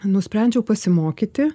nusprendžiau pasimokyti